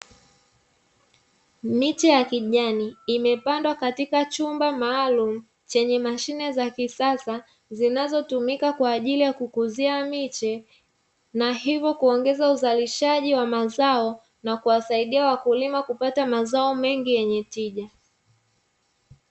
Miti ya kijani imepandwa katika chumba maalumu chenye mashine za kisasa zinazotumika kwa ajili ya kukuzia miche na hivyo kuongeza uzalishaji wa mazao na kuwasaidia wakulima kupata mazao mengi yenye tija.